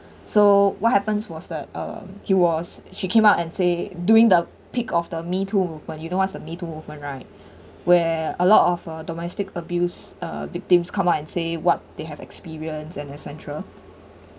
so what happened was that uh he was she came up and say during the peak of the me too when you know what is the me too movement right where a lot of a domestic abuse uh victims come out and say what they have experience and etcetera